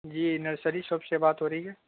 جی nursery shop سے بات ہو رہی ہے